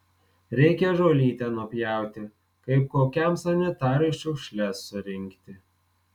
reikia žolytę nupjauti kaip kokiam sanitarui šiukšles surinkti